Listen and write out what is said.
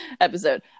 episode